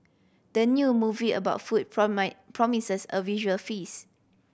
the new movie about food promises a visual feast